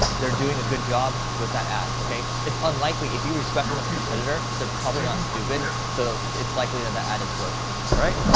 they're doing a good job with that ad, okay? it's unlikely if you respect them as a competitor they're probably not stupid so it's likely that that ad is working. all right,